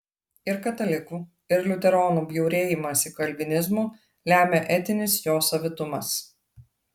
ir katalikų ir liuteronų bjaurėjimąsi kalvinizmu lemia etinis jo savitumas